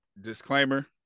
Disclaimer